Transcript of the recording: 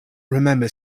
remember